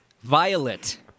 Violet